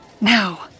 Now